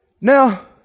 Now